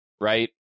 right